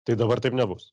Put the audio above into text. tai dabar taip nebus